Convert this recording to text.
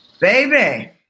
Baby